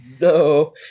No